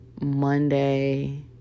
Monday